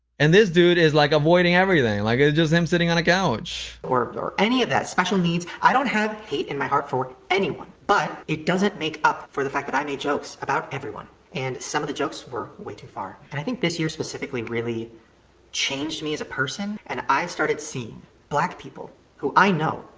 and this dude is, like, avoiding everything, like, it's just him sitting on a couch. or or any of that special needs, i don't have hate in my heart for anyone but it doesn't make up for the fact that i made jokes about everyone and some of the jokes were way too far. and i think this year specifically really changed me as a person and i started seeing black people who i know,